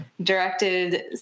directed